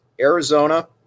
Arizona